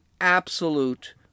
absolute